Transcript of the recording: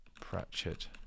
Pratchett